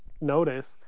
notice